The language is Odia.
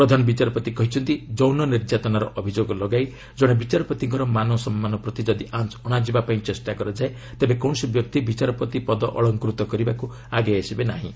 ପ୍ରଧାନ ବିଚାରପତି କହିଛନ୍ତି ଯୌନ ନିର୍ଯାତନାର ଅଭିଯୋଗ ଲଗାଇ ଜଣେ ବିଚାରପତିଙ୍କର ମାନସମ୍ମାନ ପ୍ରତି ଯଦି ଆଞ୍ଚ ଅଣାଯିବାକୁ ପ୍ରଚେଷ୍ଟା କରାଯାଏ ତେବେ କୌଣସି ବ୍ୟକ୍ତି ବିଚାରପତି ପଦ ଅଳଙ୍କୃତ କରିବାକୁ ଆଗେଇ ଆସିବେ ନାହିଁ